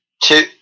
two